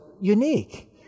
unique